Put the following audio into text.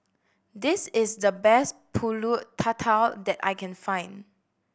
this is the best Pulut Tatal that I can find